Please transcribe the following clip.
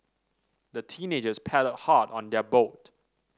the teenagers paddled hard on their boat